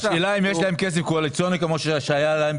השאלה האם יש להם כסף קואליציוני כמו שהיה להם?